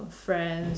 friends